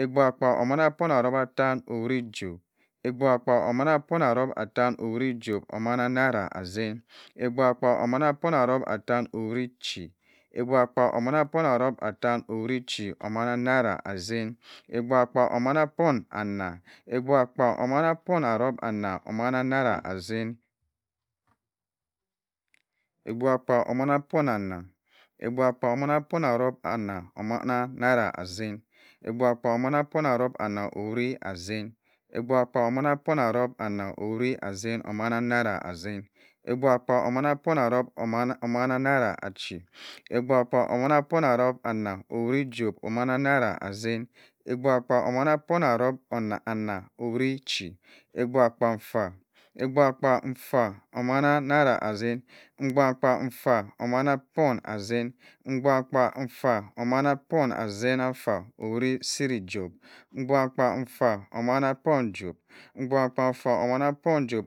Abgubha kpa omanna po erop attan owit johb, abgubha kpa omanna po erop attan owit johb omanna naira asin, abgubha kpa omanna po erop atten owit chi abgubha kpa owit chi omanna naira asin, abghbha kpa omanna omanna naira asin abgubha kpa omanna po erop anna, abgubha kpa omanna po erop anna omanna naira asin, abgubha kpa omanna po erop anna owit as in, abgubha kpa omanna po erop anna owit asin omanna naira asin, abgubha kpa omanna po erop omanna naira achi, abgubha kpa omanna po erop anna owit johb omanna naira asin, abgubha kpa omanna po erop anna owit chi, abgubha kpa afa omanna naira asin, abgubha kpa affa po asin abgubha afa omanna po asin afa owit ciri johb, abgubha kpa omanna po johb, abgubha kpa owit johb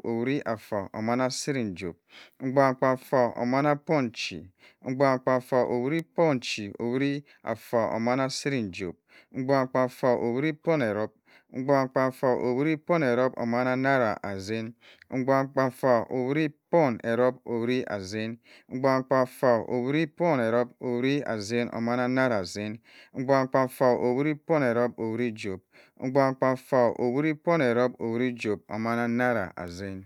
omanna ciri johb abgubha kpa afa omanna po chi abgubha kpa afa owit pochi owit afa ciri johb abgabha afa owit po erop, abgubha kpa afa owit po erop omanna naira asin, abgabha kpa afa owit po erop owit asin, abgubha afa owit po erop owit asin omanna naira asin, abgubha kpa afa owit po erop owit johb, abgubha kpa afa owit naira asin